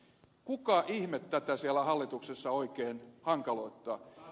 kuka ihme tätä siellä hallituksessa oikein hankaloittaa